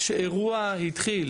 שאירוע התחיל